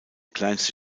kleinste